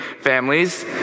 families